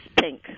pink